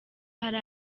hari